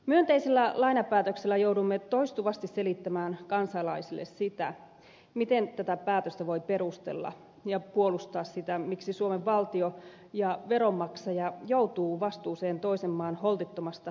myönteisellä lainapäätöksellä joudumme toistuvasti selittämään kansalaisille sitä miten tätä päätöstä voi perustella ja puolustaa sitä miksi suomen valtio ja veronmaksajat joutuvat vastuuseen toisen maan holtittomasta taloudenhoidosta